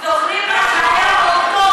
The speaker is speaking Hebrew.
את מעודדת רצח, זוכרים מה שהיה באוקטובר?